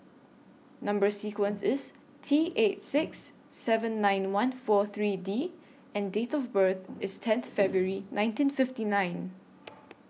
Number sequence IS T eight six seven nine one four three D and Date of birth IS tenth February nineteen fifty nine